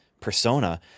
persona